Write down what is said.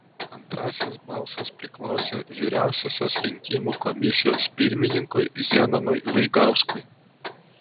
antrasis balsas priklausė vyriausiosios rinkimų komisijos pirmininkui zenonui vaigauskui